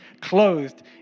clothed